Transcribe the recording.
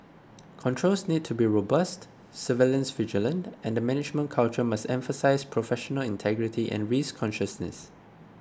controls need to be robust surveillance vigilant and the management culture must emphasise professional integrity and risk consciousness